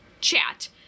chat